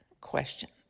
questions